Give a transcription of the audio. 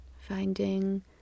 Finding